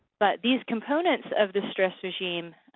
but these components of the stress regime